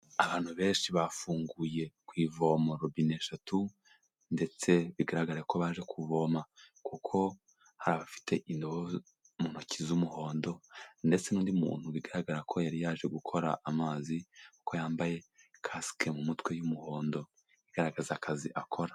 Abantu benshi bafunguye ku ivomo robine eshatu, ndetse bigaragara ko baje kuvoma, kuko hari abafite indobo mu ntoki z'umuhondo, ndetse n'undi muntu bigaragara ko yari yaje gukora amazi, kuko yambaye kasike mu mutwe y'umuhondo, igaragaza akazi akora.